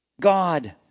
God